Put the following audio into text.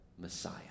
Messiah